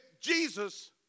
Jesus